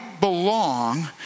belong